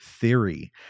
theory